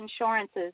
insurances